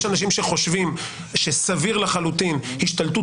יש אנשים שחושבים שסביר לחלוטין השתלטות